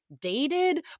dated